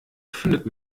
findet